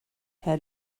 herr